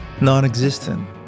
non-existent